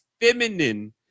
feminine